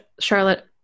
Charlotte